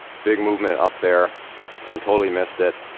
big movement up there and totally missed it.